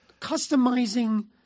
customizing